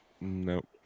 nope